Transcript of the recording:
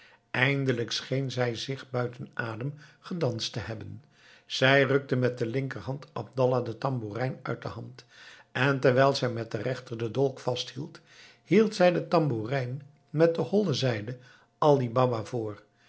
eindelijk scheen zij zich buiten adem gedanst te hebben zij rukte met de linkerhand abdallah de tamboerijn uit de hand en terwijl zij met de rechter den dolk vast had hield zij de tamboerijn met de holle zijde ali baba voor